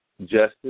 justice